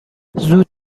زود